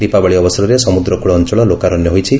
ଦୀପାବଳି ଅବସରରେ ସମୁଦ୍ରକୂଳ ଅଞ୍ଚଳ ଲୋକାରଶ୍ୟ ହୋଇଛି